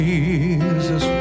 Jesus